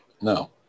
no